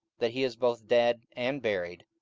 that he is both dead and buried,